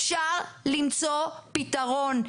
אפשר למצוא פתרון.